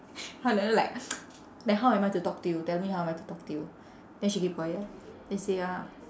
how like that like like how am I to talk to you tell me how am I to talk to you then she keep quiet then say uh